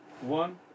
one